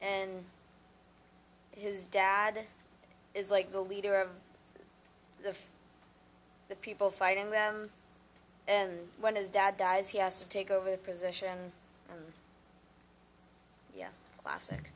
and his dad is like the leader of the the people fighting them and when his dad dies he has to take over the position of classic